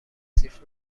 کثیف